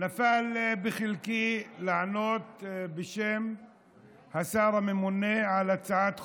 נפל בחלקי לענות בשם השר הממונה על הצעת חוק,